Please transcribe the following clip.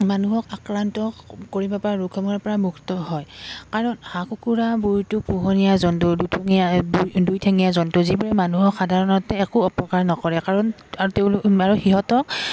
মানুহক আক্ৰান্ত কৰিব পৰা ৰোগসমূহৰপৰা মুক্ত হয় কাৰণ হাঁহ কুকুৰাবোৰটো পোহনীয়া জন্তু দুঠেঙীয়া দুই ঠেঙীয়া জন্তু যিবোৰে মানুহক সাধাৰণতে একো অপকাৰ নকৰে কাৰণ তেওঁলোক আৰু সিহঁতক